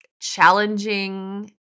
challenging